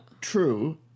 True